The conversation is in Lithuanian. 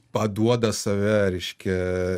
paduoda save reiškia